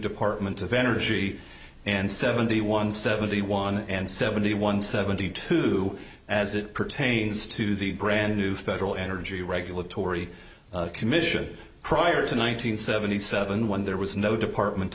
department of energy and seventy one seventy one and seventy one seventy two as it pertains to the brand new federal energy regulatory commission prior to one nine hundred seventy seven when there was no department